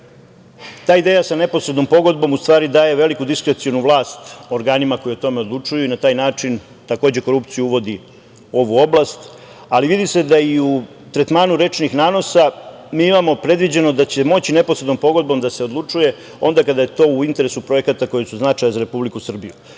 ideja sa neposrednom pogodbom, u stvari, daje veliku diskrecionu vlast organima koji o tome odlučuju i na taj način, takođe, korupciju uvodi u ovu oblast, a vidi se da i u tretmanu rečnih nanosa mi imamo predviđeno da će moći neposrednom pogodbom da se odlučuje onda kada je to u interesu projekata koji su od značaja za Republiku Srbiju. Opet